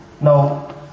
Now